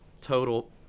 total